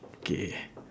K